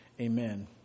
Amen